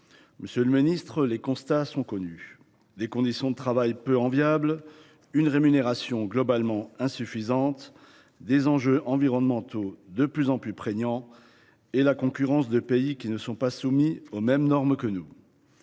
secteur agricole. Les constats sont connus : des conditions de travail peu enviables, une rémunération globalement insuffisante, des enjeux environnementaux de plus en plus prégnants et la concurrence de pays qui ne sont pas soumis aux mêmes normes que nous.